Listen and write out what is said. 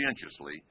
conscientiously